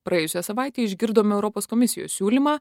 praėjusią savaitę išgirdome europos komisijos siūlymą